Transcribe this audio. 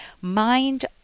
Mind